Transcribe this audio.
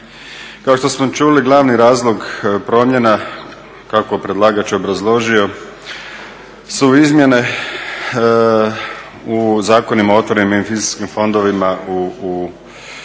Kao što smo čuli, glavni razlog promjena kako je predlagač obrazložio su izmjene u Zakonima o otvorenim investicijskim fondovima s javnom